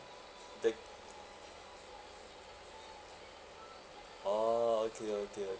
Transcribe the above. the orh okay okay okay